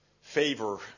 favor